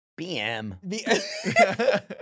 BM